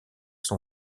son